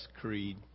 creed